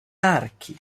archi